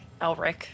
Elric